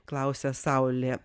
klausia saulė